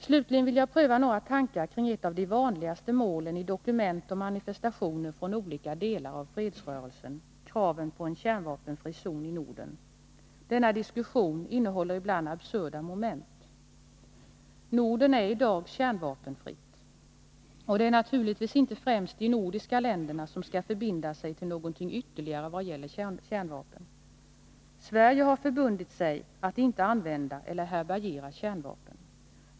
Slutligen vill jag pröva några tankar kring ett av de vanligaste målen i dokument och manifestationer från olika delar av fredsrörelsen, kraven på en kärnvapenfri zon i Norden. Denna diskussion innehåller ibland absurda moment. Norden är i dag kärnvapenfritt, och det är naturligtvis inte främst de nordiska länderna som skall förbinda sig till någonting ytterligare vad gäller kärnvapen. Sverige har förbundit sig att inte använda eller härbärgera kärnvapen.